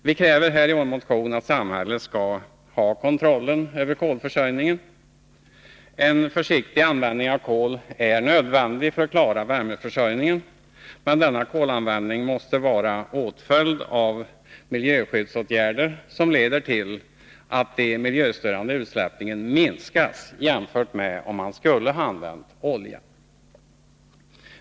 Vi kräver i vår motion att samhället skall ha kontrollen över kolförsörjningen. En försiktig användning av kol är nödvändig för att klara värmeförsörjningen, men denna kolanvändning måste vara åtföljd av miljöskyddsåtgärder, som leder till att de miljöstörande utsläppen minskas jämfört med om man skulle ha använt olja.